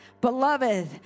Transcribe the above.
beloved